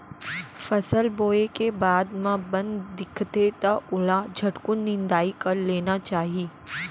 फसल बोए के बाद म बन दिखथे त ओला झटकुन निंदाई कर लेना चाही